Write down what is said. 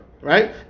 right